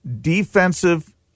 defensive